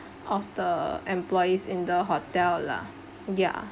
of the employees in the hotel lah ya